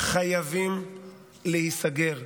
חייבים להיסגר.